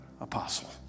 Apostle